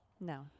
No